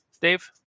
Dave